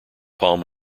palm